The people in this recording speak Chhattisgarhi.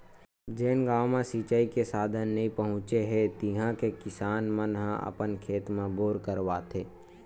जेन गाँव म सिचई के साधन नइ पहुचे हे तिहा के किसान मन ह अपन खेत म बोर करवाथे